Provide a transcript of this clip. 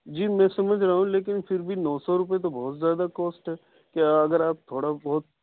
جی میں سمجھ رہا ہوں لیکن پھر بھی نو سو روپیے تو بہت زیادہ کوسٹ ہے کہ اگر آپ تھوڑا بہت